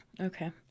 Okay